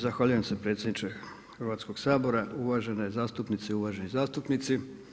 Zahvaljujem se predsjedniče Hrvatskog sabora, uvažene zastupnice i uvaženi zastupnici.